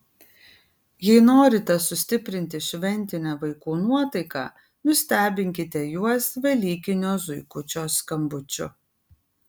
jei norite sustiprinti šventinę vaikų nuotaiką nustebinkite juos velykinio zuikučio skambučiu